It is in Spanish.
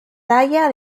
talla